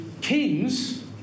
kings